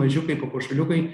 mažiukai papuošaliukai